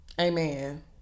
amen